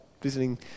visiting